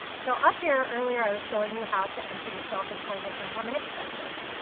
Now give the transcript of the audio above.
so up here earlier i was showing you how to enter your self-employment income and expenses.